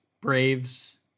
Braves